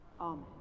Amen